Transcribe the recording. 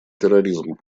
терроризму